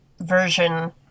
version